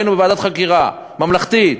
היינו בוועדת חקירה ממלכתית,